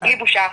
בלי בושה.